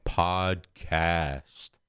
podcast